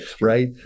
right